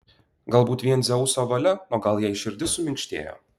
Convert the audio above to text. galbūt vien dzeuso valia o gal jai širdis suminkštėjo